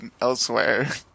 elsewhere